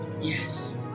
Yes